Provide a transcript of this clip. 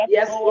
Yes